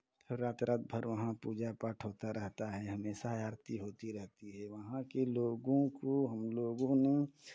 रात रात भर वहाँ पूजा पाठ होता रहता है हमेशा आरती होती रहती है वहाँ के लोगों को हम लोगों ने